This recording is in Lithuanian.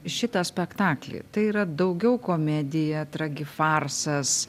šitą spektaklį tai yra daugiau komedija tragifarsas